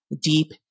deep